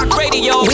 radio